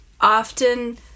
often